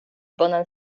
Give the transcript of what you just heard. bonan